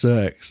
Sex